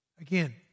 Again